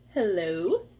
Hello